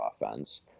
offense